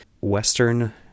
Western